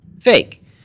Fake